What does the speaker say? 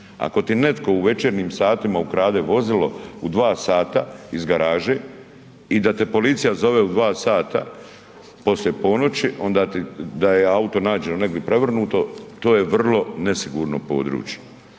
Ako ti netko u večernjim satima ukrade vozilo u 2 sata iz garaže i da te policija zove u 2 sata poslije ponoći, onda ti, da je auto nađeno negdje prevrnuto, to je vrlo nesigurno područje.